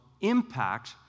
impact